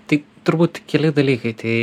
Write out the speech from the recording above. tai turbūt keli dalykai tai